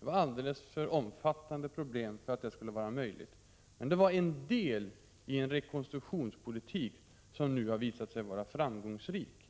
Det var alldeles för omfattande problem för att det skulle vara möjligt. Men löntagarfonderna var en del i en rekonstruktionspolitik som nu har visat sig vara framgångsrik.